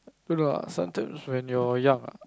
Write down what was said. don't know ah sometimes when you're young ah